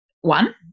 one